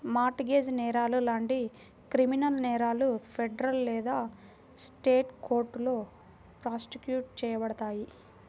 mart gauge నేరాలు లాంటి criminal నేరాలు ఫెడరల్ లేదా స్టేట్ కోర్టులో ప్రాసిక్యూట్ చేయబడతాయి